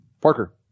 Parker